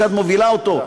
שאת מובילה אותו,